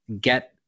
get